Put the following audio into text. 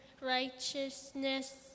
righteousness